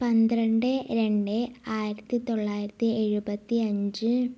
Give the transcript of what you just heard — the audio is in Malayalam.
പന്ത്രണ്ട് രണ്ട് ആയിരത്തി തൊള്ളായിരത്തി എഴുപത്തി അഞ്ച്